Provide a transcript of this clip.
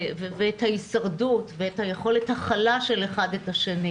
ואת ההישרדות ואת יכולת ההכלה האחד של השני,